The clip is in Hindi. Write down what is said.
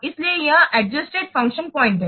इसलिए यह अडजस्टेड फंक्शन पॉइंट है